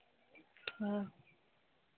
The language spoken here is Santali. ᱦᱳᱭ